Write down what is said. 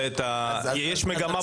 יש מגמה ברורה.